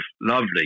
lovely